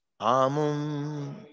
Amum